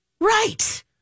Right